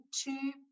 two